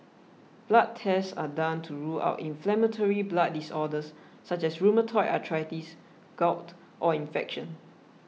blood tests are done to rule out inflammatory blood disorders such as rheumatoid arthritis gout or infection